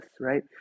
right